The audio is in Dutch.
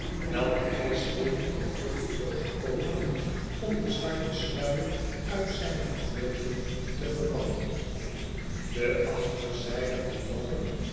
welken hij sleet in vruchtelooze pogingen om den zwarten sluier uit zijne verbeelding te verbannen de achterzijde van